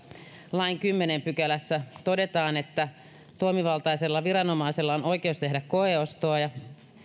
lain kymmenennessä pykälässä ja josta itse asiassa haluaisin ministeriltä kysyä täällä todetaan että toimivaltaisella viranomaisella on oikeus tehdä koeostoja